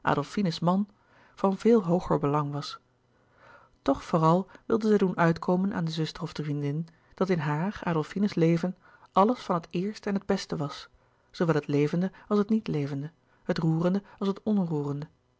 adolfine's man van veel hooger belang was toch vooral wilde zij doen uitkomen aan de zuster of de vriendin dat in haar adolfine's leven alles van het eerste en het beste was zoowel het levende als het niet levende het roerende als het onroerende